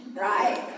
right